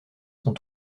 sont